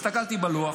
הסתכלתי בלוח.